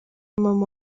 mama